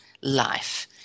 life